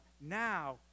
now